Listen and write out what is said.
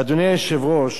אדוני היושב-ראש,